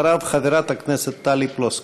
אחריו, חברת הכנסת טלי פלוסקוב.